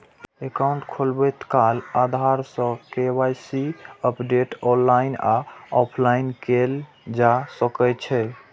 account खोलबैत काल आधार सं के.वाई.सी अपडेट ऑनलाइन आ ऑफलाइन कैल जा सकै छै